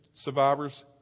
survivors